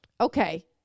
Okay